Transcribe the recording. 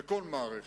בכל מערכת,